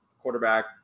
quarterback